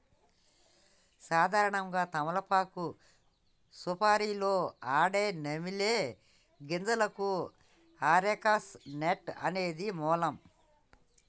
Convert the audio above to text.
సాధారణంగా తమలపాకు సుపారీలో ఆడే నమిలే గింజలకు అరెక నట్ అనేది మూలం